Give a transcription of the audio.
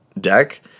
deck